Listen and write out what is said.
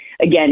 again